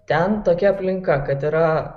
ten tokia aplinka kad yra